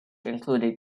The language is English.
included